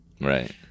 Right